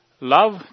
Love